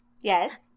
Yes